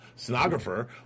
sonographer